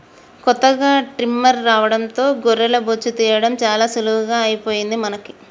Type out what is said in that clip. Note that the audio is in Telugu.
కొత్తగా ట్రిమ్మర్ రావడం వల్ల గొర్రె బొచ్చు తీయడం చాలా సులువుగా అయిపోయింది మనకి